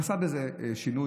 נעשה בזה שינוי,